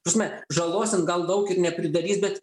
prasme žalos ten gal daug ir nepridarys bet